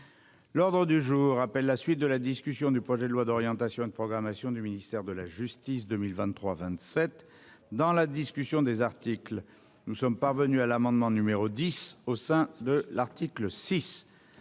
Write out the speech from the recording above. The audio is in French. L'ordre du jour appelle la suite de la discussion du projet de loi d'orientation et de programmation du ministère de la Justice 2023 27 dans la discussion des articles. Nous sommes parvenus à l'amendement numéro 10 au sein de l'article 6,